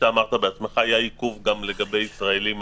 זה גם לגבי אזרחים ישראלים.